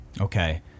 Okay